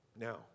Now